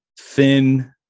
thin